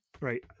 right